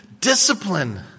discipline